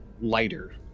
lighter